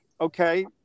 okay